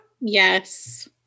Yes